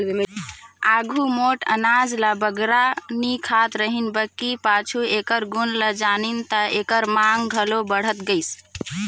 आघु मोट अनाज ल बगरा नी खात रहिन बकि पाछू एकर गुन ल जानिन ता एकर मांग घलो बढ़त गइस